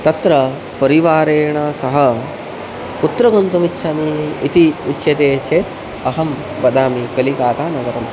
तत्र परिवारेण सह कुत्र गन्तुमिच्छामि इति उच्यते चेत् अहं वदामि कलिकाता नगरं